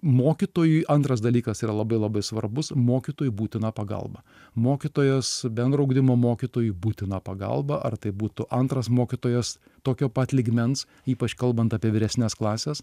mokytojui antras dalykas yra labai labai svarbus mokytojui būtina pagalba mokytojas bendro ugdymo mokytojų būtiną pagalba ar tai būtų antras mokytojas tokio pat lygmens ypač kalbant apie vyresnes klases